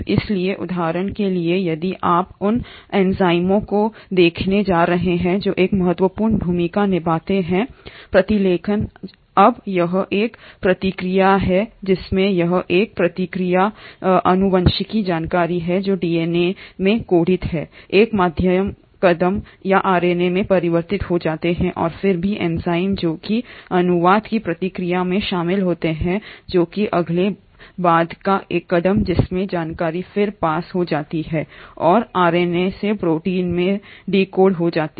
इसलिए उदाहरण के लिए यदि आप उन एंजाइमों को देखने जा रहे हैं जो एक महत्वपूर्ण भूमिका निभाते हैं प्रतिलेखनअब यह एक प्रक्रिया है जिसमें यह एक प्रक्रिया है जिसमें आनुवंशिक जानकारी है जो डीएनए में कोडित है एक मध्यस्थ कदम या आरएनए में परिवर्तित हो जाता है और फिर भी एंजाइम जो कि अनुवाद की प्रक्रिया में शामिल होते हैं जो कि अगले बाद का कदम है जिसमें जानकारी फिर पास हो जाती है और आरएनए से प्रोटीन में डिकोड हो जाती है